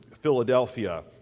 Philadelphia